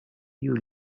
you